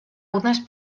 unes